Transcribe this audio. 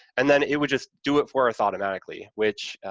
and then it would just do it for us automatically, which,